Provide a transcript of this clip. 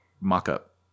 mock-up